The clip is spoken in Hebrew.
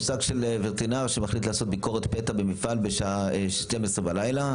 וטרינר שמחליט לעשות ביקורת פתע במפעל בשעה 12 בלילה,